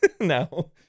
no